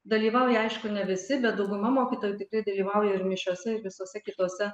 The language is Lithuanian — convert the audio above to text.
dalyvauja aišku ne visi bet dauguma mokytojų tikrai dalyvauja ir mišiose ir visuose kituose